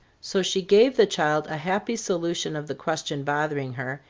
so she gave the child a happy solution of the question bothering her,